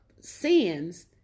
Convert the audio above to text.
sins